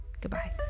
Goodbye